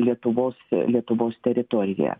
lietuvos lietuvos teritoriją